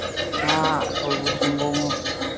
Purba Singhbhum